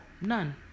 none